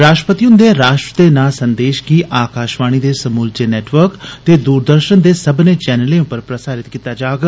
राश्ट्रपति हुंदे राश्ट्र दे नां संदेश गी आकाशवाणी दे समूलचे नेटवर्क ते दूरदर्शन दे सब्बने चैनलें पर प्रसारत कीता जाग